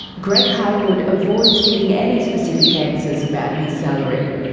greg hywood avoids giving any specific answers about his salary.